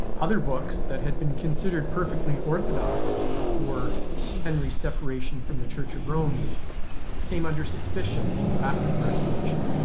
other books that had been considered perfectly orthodox before henry separation from the church of rome came under suspicion after the reformation.